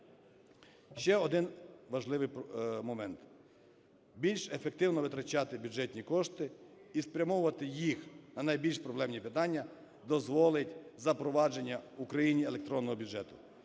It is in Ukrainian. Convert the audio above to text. Ще один важливий момент. Більш ефективно витрачати бюджетні кошти і спрямовувати їх на найбільш проблемні питання дозволить запровадження в Україні електронного бюджету.